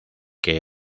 que